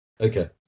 Okay